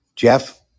Jeff